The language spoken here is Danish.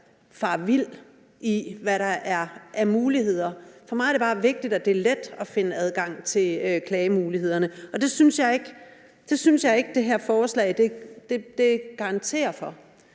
farer vild i, hvilke muligheder der er. For mig er det bare vigtigt, at det er let at finde en adgang til klagemulighederne, og det synes jeg ikke at det her forslag garanterer for,